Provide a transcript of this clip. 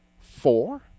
four